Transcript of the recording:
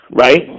right